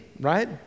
right